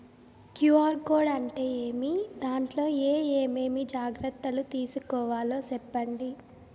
QR code అంటే ఏమి? దాంట్లో ఏ ఏమేమి జాగ్రత్తలు తీసుకోవాలో సెప్పండి?